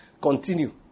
continue